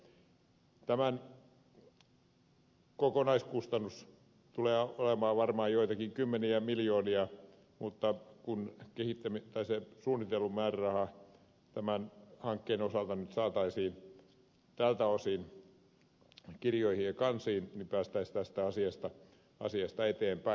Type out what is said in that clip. tämän kokonaiskustannus tulee olemaan varmaan joitakin kymmeniä miljoonia mutta kun se suunnittelumääräraha tämän hankkeen osalta nyt saataisiin tältä osin kirjoihin ja kansiin niin päästäisiin tässä asiassa eteenpäin